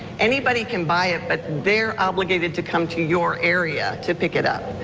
anybody can buy it but they're obligated to come to your area to pick it up.